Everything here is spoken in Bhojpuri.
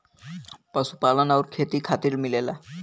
पशुपालन आउर खेती खातिर मिलेला